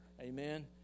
amen